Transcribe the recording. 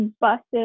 buses